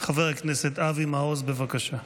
חבר הכנסת אבי מעוז, בבקשה,